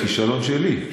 זה הכישלון שלי.